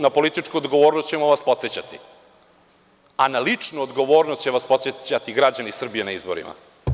Na političku odgovornost ćemo vas podsećati, a na ličnu odgovornost će vas podsećati građani Srbije na izborima.